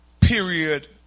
period